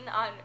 on